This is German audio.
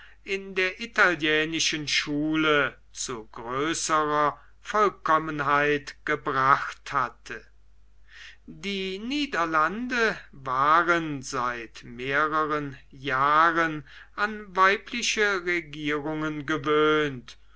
in der italienischen schule zu größerer vollkommenheit gebracht hatte die niederlande waren seit mehreren jahren an weibliche regierungen gewohnt